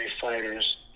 fighters